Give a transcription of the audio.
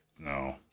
No